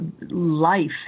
life